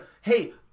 hey